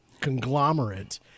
conglomerate